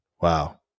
wow